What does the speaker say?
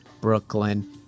Brooklyn